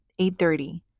8.30